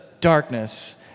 darkness